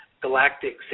galactic